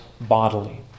bodily